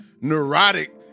neurotic